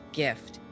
gift